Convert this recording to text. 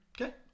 Okay